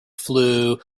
flue